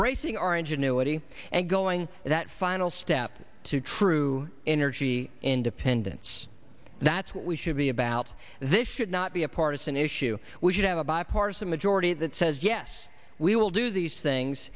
bracing our ingenuity and going that final step to true energy independence that's what we should be about this should not be a partisan issue we should have a bipartisan majority that says yes we will do these things